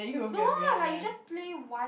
no ah like you just play one